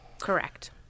Correct